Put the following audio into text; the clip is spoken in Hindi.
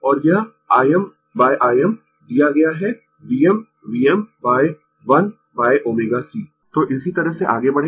Refer Slide Time 2922 तो इसी तरह से आगें बढें